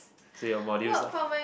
so your modules leh